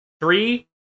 three